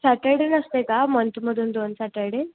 Saturday नसते का मंथमधून दोन सॅटरडे